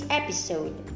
episode